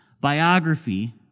biography